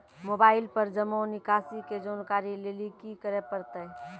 Mobile पर जमा निकासी के जानकरी लेली की करे परतै?